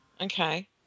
Okay